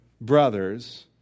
brothers